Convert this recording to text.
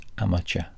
Amateur